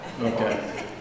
Okay